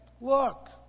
look